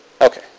Okay